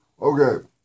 Okay